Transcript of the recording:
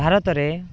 ଭାରତରେ